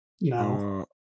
No